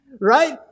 right